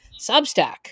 Substack